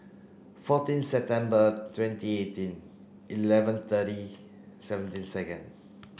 fourteen September twenty eighteen eleven thirty seventeen second